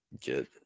get